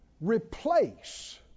replace